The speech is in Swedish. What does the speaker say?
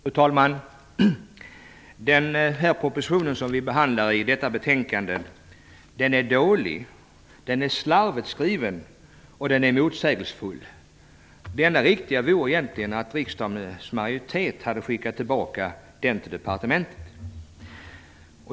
Fru talman! Den proposition som vi behandlar i detta betänkande är dålig, slarvigt skriven och motsägelsefull. Det enda riktiga hade egentligen varit att riksdagens majoritet hade skickat tillbaka den till departementet.